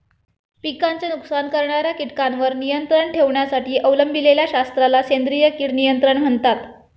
पिकांचे नुकसान करणाऱ्या कीटकांवर नियंत्रण ठेवण्यासाठी अवलंबिलेल्या शास्त्राला सेंद्रिय कीड नियंत्रण म्हणतात